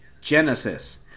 genesis